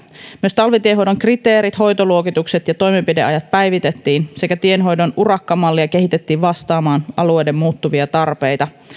myös talvitienhoidon kriteerit hoitoluokitukset ja toimenpideajat päivitettiin sekä tienhoidon urakkamallia kehitettiin vastaamaan alueiden muuttuvia tarpeita